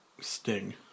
sting